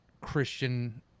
Christian